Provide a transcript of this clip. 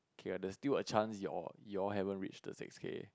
okay there's still a chance you all you all haven't reached the six K